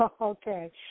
Okay